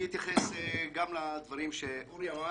אני אתייחס גם לדברים שאורי אמר